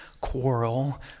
quarrel